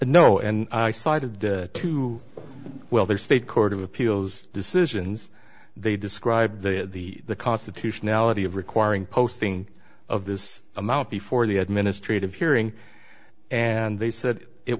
no and i cited the two welfare state court of appeals decisions they described the the the constitutionality of requiring posting of this amount before the administrative hearing and they said it